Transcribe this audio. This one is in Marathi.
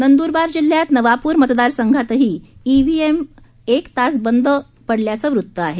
नंद्रबार जिल्ह्यात नवापूर मतदार संघातही ईव्हीएम एक तास बंद होऊ पडल्याचं वृत्त आहे